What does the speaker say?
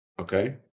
Okay